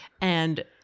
and-